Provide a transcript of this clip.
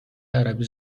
عربی